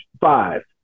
five